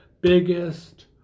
biggest